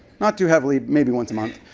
not too heavily. maybe once a month.